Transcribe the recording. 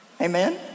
Amen